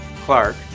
Clark